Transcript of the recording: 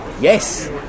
Yes